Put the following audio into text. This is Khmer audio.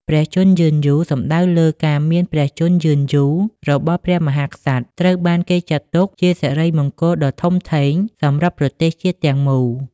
ព្រះជន្មយឺនយូរសំដៅលើ ការមានព្រះជន្មយឺនយូររបស់ព្រះមហាក្សត្រ ត្រូវបានគេចាត់ទុកជាសិរីមង្គលដ៏ធំធេងសម្រាប់ប្រទេសជាតិទាំងមូល។